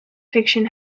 fiction